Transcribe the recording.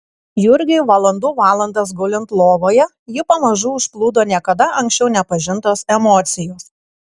jurgiui valandų valandas gulint lovoje jį pamažu užplūdo niekada anksčiau nepažintos emocijos